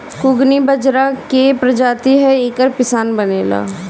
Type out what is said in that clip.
कुगनी बजरा के प्रजाति ह एकर पिसान बनेला